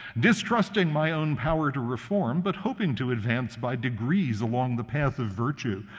distrusting my own power to reform, but hoping to advance by degrees along the path of virtue.